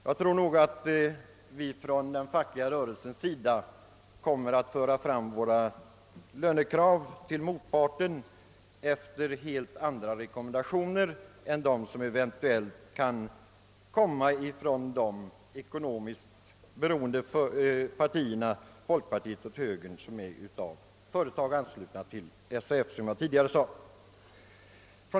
Jag tror att vi inom den fackliga rörelsen kommer att föra fram våra lönekrav till motparten efter helt andra rekommendationer än de som kan göras av de båda partier — folkpartiet och högern — vilka som sagt är beroende av till Arbetsgivareföreningen anslutna företag.